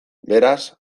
beraz